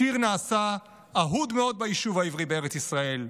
השיר נעשה אהוד מאוד ביישוב העברי בארץ ישראל.